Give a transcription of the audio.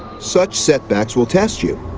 such setbacks will test you.